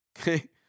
okay